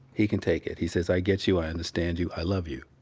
he can take it. he says, i get you. i understand you. i love you,